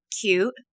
cute